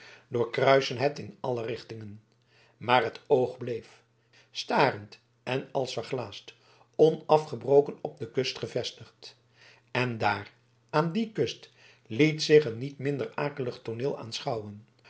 doorkruisten het in alle richtingen maar het oog bleef starend en als verglaasd onafgebroken op de kust gevestigd en daar aan die kust liet zich een niet minder akelig tooneel aanschouwen